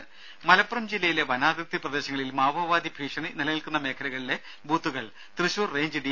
ദ്ദേ മലപ്പുറം ജില്ലയിലെ വനാതിർത്തി പ്രദേശങ്ങളിൽ മാവോവാദി ഭീഷണി നിലനിൽക്കുന്ന മേഖലകളിലെ ബൂത്തുകൾ തൃശൂർ റേഞ്ച് ഡി